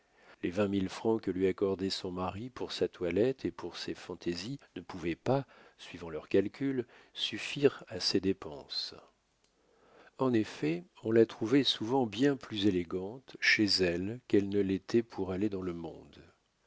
les vingt mille francs que lui accordait son mari pour sa toilette et pour ses fantaisies ne pouvaient pas suivant leurs calculs suffire à ses dépenses en effet on la trouvait souvent bien plus élégante chez elle qu'elle ne l'était pour aller dans le monde